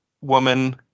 woman